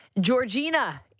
Georgina